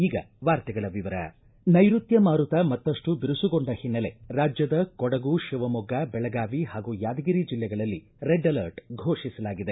ಈಗ ವಾರ್ತೆಗಳ ವಿವರ ನೈರುತ್ಯ ಮಾರುತ ಮತ್ತಪ್ಟು ಬಿರುಸುಗೊಂಡ ಹಿನ್ನೆಲೆ ರಾಜ್ಯದ ಕೊಡಗು ಶಿವಮೊಗ್ಗ ಬೆಳಗಾವಿ ಹಾಗೂ ಯಾದಗಿರಿ ಬೆಲ್ಲೆಗಳಲ್ಲಿ ರೆಡ್ ಅಲರ್ಟ್ ಫೋಷಿಸಲಾಗಿದೆ